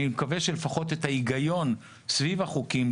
אני מקווה שלפחות את ההיגיון סביב החוקים,